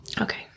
Okay